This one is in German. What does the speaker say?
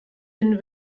den